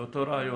זה אותו רעיון.